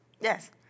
Yes